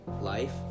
life